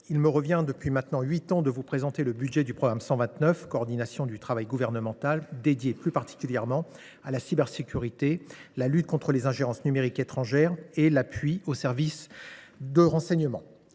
il me revient depuis maintenant huit ans de vous présenter le budget du programme 129 « Coordination du travail gouvernemental », consacré plus particulièrement à la cybersécurité, la lutte contre les ingérences numériques étrangères et l’appui aux services de renseignement.